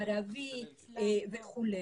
ערבי וכו',